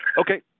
Okay